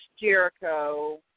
Jericho